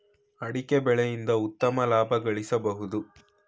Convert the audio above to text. ಅಡಿಕೆ ಬೆಳೆಯಿಂದ ಉತ್ತಮ ಲಾಭ ಗಳಿಸಬೋದು